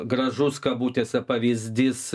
gražus kabutėse pavyzdys